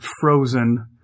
Frozen